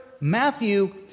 Matthew